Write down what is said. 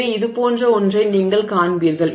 எனவே இது போன்ற ஒன்றை நீங்கள் காண்பீர்கள்